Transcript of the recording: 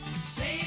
Save